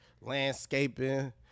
landscaping